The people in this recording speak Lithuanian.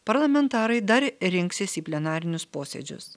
parlamentarai dar rinksis į plenarinius posėdžius